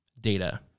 data